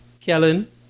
Kellen